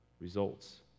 results